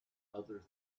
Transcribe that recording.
other